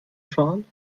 fahren